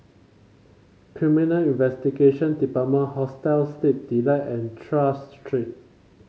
Criminal Investigation Department Hostel Sleep Delight and Tras Street